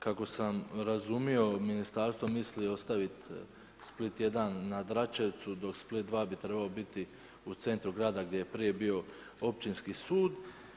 Kako sam razumio ministarstvo misli ostavit Split 1 na Dračevcu, dok Split 2 bi trebao biti u centru grada gdje je prije bio Općinski sud.